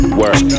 work